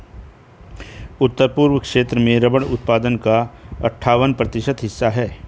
उत्तर पूर्व क्षेत्र में रबर उत्पादन का अठ्ठावन प्रतिशत हिस्सा है